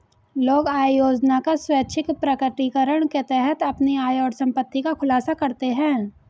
लोग आय योजना का स्वैच्छिक प्रकटीकरण के तहत अपनी आय और संपत्ति का खुलासा करते है